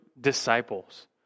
disciples